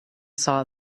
saw